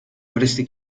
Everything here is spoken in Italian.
avresti